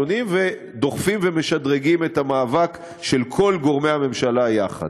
ודוחפים ומשדרגים את המאבק של כל גורמי הממשלה יחד.